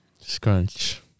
Scrunch